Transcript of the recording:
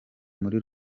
muri